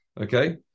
Okay